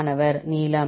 மாணவர் நீளம்